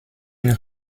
une